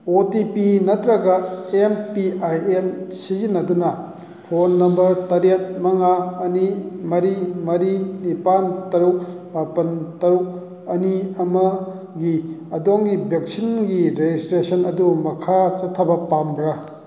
ꯑꯣ T P ꯅꯠꯇ꯭ꯔꯒ M P I N ꯁꯤꯖꯤꯟꯅꯗꯨꯅ ꯐꯣꯟ ꯅꯝꯕꯔ ꯇꯔꯦꯠ ꯃꯉꯥ ꯑꯅꯤ ꯃꯔꯤ ꯃꯔꯤ ꯅꯤꯄꯥꯜ ꯇꯔꯨꯛ ꯃꯥꯄꯜ ꯇꯔꯨꯛ ꯑꯅꯤ ꯑꯃꯒꯤ ꯑꯗꯣꯝꯒꯤ ꯚꯦꯛꯁꯤꯟꯒꯤ ꯔꯦꯖꯤꯁꯇ꯭ꯔꯦꯁꯟ ꯑꯗꯨ ꯃꯈꯥ ꯆꯠꯊꯕ ꯄꯥꯝꯕ꯭ꯔꯥ